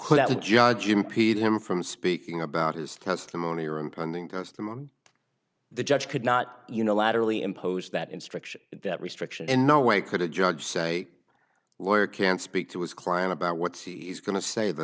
the judge impeded him from speaking about his testimony or impending testimony the judge could not unilaterally impose that instruction that restriction in no way could a judge say lawyer can't speak to his client about what he's going to say the